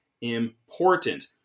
Important